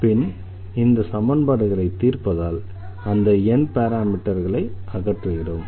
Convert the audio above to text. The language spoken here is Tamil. பின் இந்த சமன்பாடுகளை தீர்ப்பதால் அந்த n பாராமீட்டர்களை அகற்றுகிறோம்